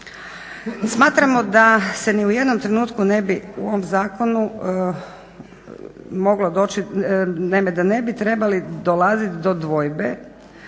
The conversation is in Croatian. Smatramo da se ni u jednom trenutku ne bi u ovom zakonu moglo doći, naime da ne bi trebali dolazi do dvojbe